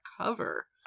cover